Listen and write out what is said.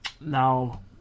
Now